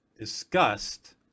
disgust